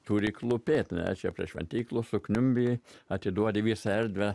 turi klūpėt nuėjęs prie šventyklos sukniumbi atiduodi visą erdvę